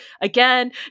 again